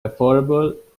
affordable